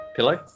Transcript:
Pillow